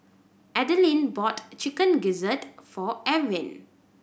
Adline bought Chicken Gizzard for Ewin